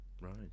Right